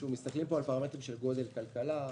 מסתכלים פה על פרמטרים של גודל כלכלה,